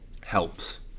helps